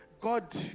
God